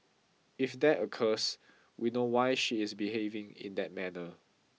if that occurs we know why she is behaving in that manner